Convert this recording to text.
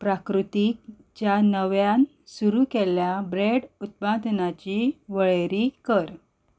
प्राकृतिकच्या नव्यान सुरू केल्ल्या ब्रॅड उत्पादनाची वळेरी कर